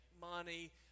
money